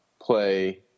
play